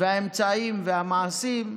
האמצעים והמעשים,